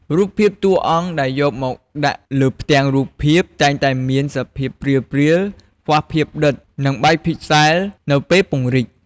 រូបភាពតួអង្គដែលយកមកដាក់លើផ្ទាំងរូបភាពតែងតែមានសភាព ព្រាលៗ ខ្វះភាពដិត ឬបែកភីកសែល នៅពេលពង្រីក ។